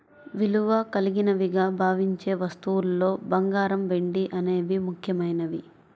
విలువ కలిగినవిగా భావించే వస్తువుల్లో బంగారం, వెండి అనేవి ముఖ్యమైనవి